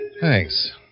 Thanks